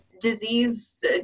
disease